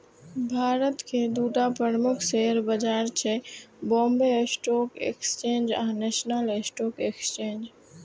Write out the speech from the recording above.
भारतक दूटा प्रमुख शेयर बाजार छै, बांबे स्टॉक एक्सचेंज आ नेशनल स्टॉक एक्सचेंज